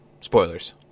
Spoilers